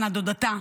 דודתה,